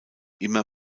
immer